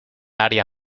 área